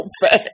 fast